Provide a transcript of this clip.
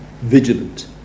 vigilant